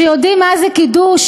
שיודעים מה זה קידוש,